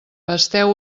pasteu